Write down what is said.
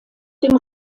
dem